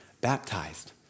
baptized